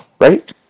right